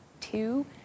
two